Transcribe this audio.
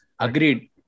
agreed